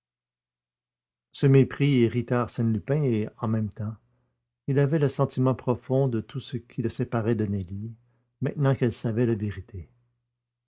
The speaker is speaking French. ce mépris irrita arsène lupin et en même temps il avait le sentiment profond de tout ce qui le séparait de nelly maintenant qu'elle savait la vérité